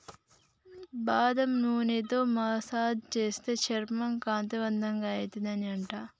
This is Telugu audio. బాదం నూనెతో మసాజ్ చేస్తే చర్మం కాంతివంతంగా అయితది అంట